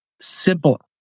simple